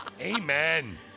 Amen